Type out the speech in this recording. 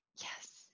yes